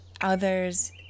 others